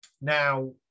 Now